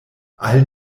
all